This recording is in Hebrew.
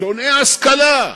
שונא ההשכלה,